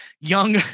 young